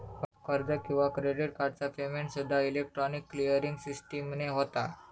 कर्ज किंवा क्रेडिट कार्डचा पेमेंटसूद्दा इलेक्ट्रॉनिक क्लिअरिंग सिस्टीमने होता